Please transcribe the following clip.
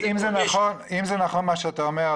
אם זה נכון מה שאתה אומר,